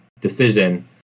decision